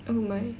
oh my